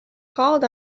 called